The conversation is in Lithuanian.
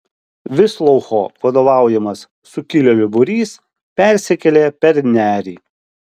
visloucho vadovaujamas sukilėlių būrys persikėlė per nerį